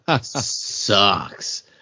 sucks